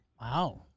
Wow